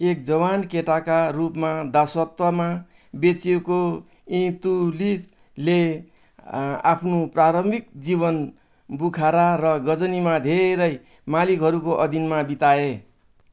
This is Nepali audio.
एक जवान केटाका रूपमा दासत्वमा बेचिएको इल्तुतमिसले अँ आफ्नो प्रारम्भिक जीवन बुखारा र गजनीमा धेरै मालिकहरूको अधीनमा बिताए